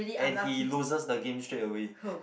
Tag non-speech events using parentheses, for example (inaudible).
and he loses the game straight away (laughs)